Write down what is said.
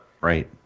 Right